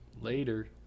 Later